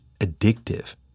addictive